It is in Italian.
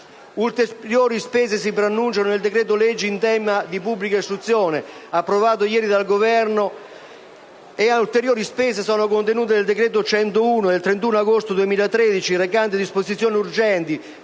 Ulteriori spese si preannunciano nel decreto-legge in tema di pubblica istruzione approvato ieri dal Governo e ulteriori spese sono contenute nel decreto-legge n. 101 del 31 agosto 2013, recante disposizioni urgenti